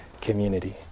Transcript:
community